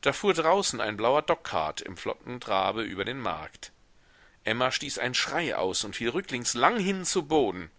da fuhr draußen ein blauer dogcart im flotten trabe über den markt emma stieß einen schrei aus und fiel rücklings langhin zu boden